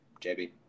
JB